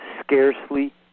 scarcely